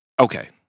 Okay